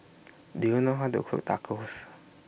Do YOU know How to Cook Tacos